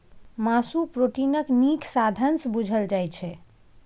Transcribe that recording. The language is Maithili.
मासु प्रोटीनक नीक साधंश बुझल जाइ छै